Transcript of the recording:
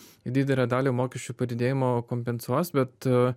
didelę dalį mokesčių padidėjimo kompensuos bet